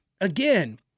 Again